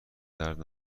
درد